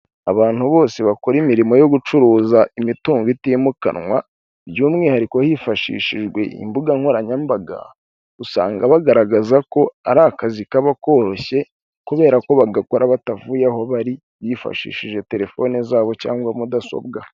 Abantu bose bakora imirimo yo gucuruza imitungo itimukanwa, by'umwihariko hifashishijwe imbuga nkoranyambaga, usanga bagaragaza ko ari akazi kaba koroshye, kubera ko bagakora batavuye aho bari, bifashishije telefone zabo cyangwa mudasobwa.